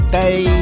day